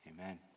amen